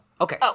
Okay